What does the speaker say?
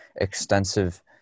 extensive